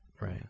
right